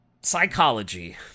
psychology